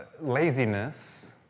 laziness